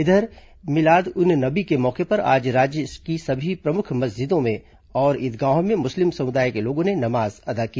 इधर मिलाद उन नबी के मौके पर आज राज्य की सभी प्रमुख मस्जिदों और ईदगाहों में मुस्लिम समुदाय के लोगों ने नमाज अदा की